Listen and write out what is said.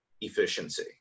efficiency